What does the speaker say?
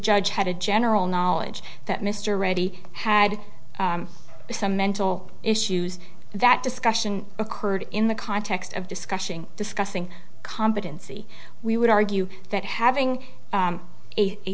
judge had a general knowledge that mr reddy had some mental issues that discussion occurred in the context of discussing discussing competency we would argue that having